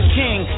king